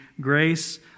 grace